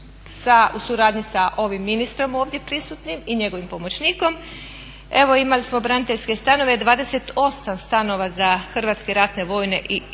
u suradnji sa ovim ministrom ovdje prisutnim i njegovim pomoćnikom evo imali smo braniteljske stanove, 28 stanova za HRVI-e i smrtno stradale